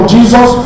Jesus